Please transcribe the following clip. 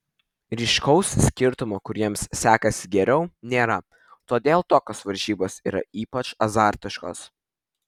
ryškaus skirtumo kuriems sekasi geriau nėra todėl tokios varžybos yra ypač azartiškos